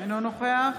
אינו נוכח